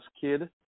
kid